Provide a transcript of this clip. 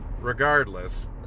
Regardless